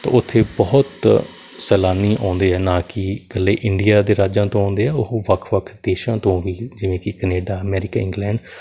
ਤਾਂ ਉੱਥੇ ਬਹੁਤ ਸੈਲਾਨੀ ਆਉਂਦੇ ਆ ਨਾ ਕਿ ਇਕੱਲੇ ਇੰਡੀਆ ਦੇ ਰਾਜਾਂ ਤੋਂ ਆਉਂਦੇ ਉਹ ਵੱਖ ਵੱਖ ਦੇਸ਼ਾਂ ਤੋਂ ਵੀ ਜਿਵੇਂ ਕਿ ਕਨੇਡਾ ਅਮੈਰੀਕਾ ਇੰਗਲੈਂਡ